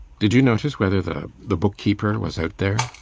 did you notice whether the the book-keeper was out there?